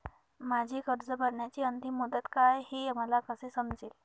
माझी कर्ज भरण्याची अंतिम मुदत काय, हे मला कसे समजेल?